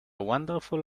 wonderful